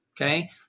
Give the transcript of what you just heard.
okay